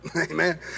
Amen